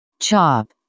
chop